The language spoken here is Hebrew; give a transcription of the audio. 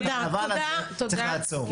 את הדבר הזה צריך לעצור.